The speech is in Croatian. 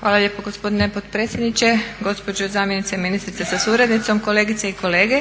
Hvala lijepo gospodine potpredsjedniče, gospođo zamjenice ministrice sa suradnicom, kolegice i kolege.